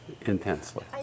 intensely